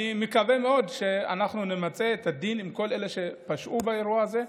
אני מקווה מאוד שנמצה את הדין עם כל אלה שפשעו באירוע הזה,